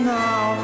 now